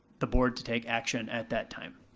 the board to take action at that time.